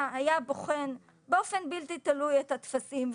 היה בוחן באופן בלתי תלוי את הטפסים,